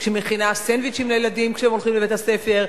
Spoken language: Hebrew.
כשהיא מכינה סנדוויצ'ים לילדים כשהם הולכים לבית-הספר,